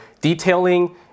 detailing